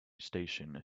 station